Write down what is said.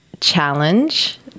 challenge